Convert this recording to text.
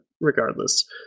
regardless